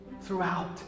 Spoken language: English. throughout